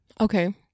Okay